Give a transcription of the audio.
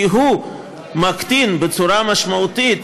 כי הוא מקטין בצורה משמעותית